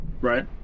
Right